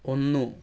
ഒന്നു